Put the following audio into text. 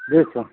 जी sir